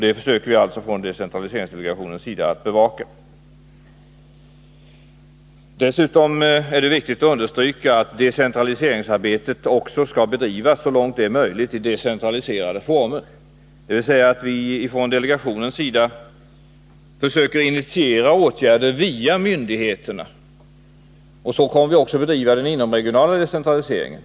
Det försöker vi alltså från decentraliseringsdelegationens sida att bevaka. Dessutom är det viktigt att understryka att decentraliseringsarbetet också, så långt det är möjligt, skall bedrivas i decentraliserade former. Från delegationens sida försöker vi initiera åtgärder via myndigheterna. Så kommer vi också att bedriva den inomregionala decentraliseringen.